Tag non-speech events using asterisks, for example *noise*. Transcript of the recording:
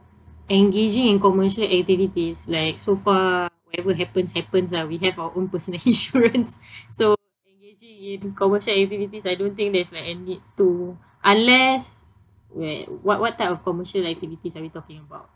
engaging in commercial activities like so far whatever happens happens ah we have our own personal *laughs* insurance so engaging in commercial activities I don't think there's like a need to unless where what what type of commercial activities are we talking about right